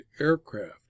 aircraft